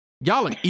y'all